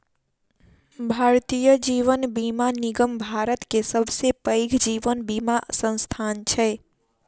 भारतीय जीवन बीमा निगम भारत के सबसे पैघ जीवन बीमा संस्थान छै